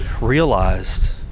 realized